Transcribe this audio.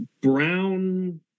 brown